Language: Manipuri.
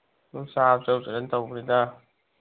ꯑꯗꯨ ꯆꯥ ꯆꯠꯂꯨꯁꯤꯔꯥ ꯇꯧꯕꯅꯤꯗ